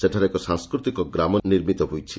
ସେଠାରେ ଏକ ସାଂସ୍କୃତିକ ଗ୍ରାମ ନିର୍ମିତ ହୋଇଛି